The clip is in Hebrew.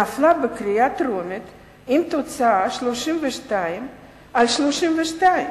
נפלה בקריאה טרומית עם תוצאה של 32 נגד 32,